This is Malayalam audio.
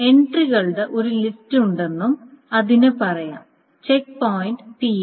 എൻട്രികളുടെ ഒരു ലിസ്റ്റ് ഉണ്ടെന്നും അതിന് പറയാം ചെക്ക് പോയിന്റ് TL